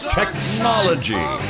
technology